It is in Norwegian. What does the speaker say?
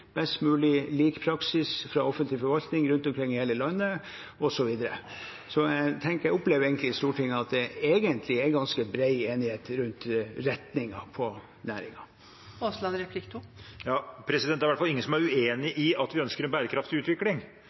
mulig lik praksis fra forvaltningen rundt om i hele landet, osv. Jeg opplever i Stortinget at det egentlig er ganske bred enighet rundt retningen på næringen. Det er i hvert fall ingen som er uenig i at vi ønsker en bærekraftig utvikling,